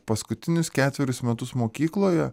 paskutinius ketverius metus mokykloje